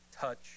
touch